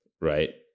right